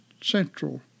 central